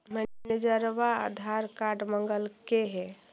मैनेजरवा आधार कार्ड मगलके हे?